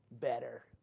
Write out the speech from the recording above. better